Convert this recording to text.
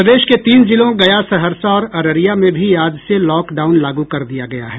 प्रदेश के तीन जिलों गया सहरसा और अररिया में भी आज से लॉकडाउन लागू कर दिया गया है